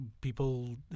people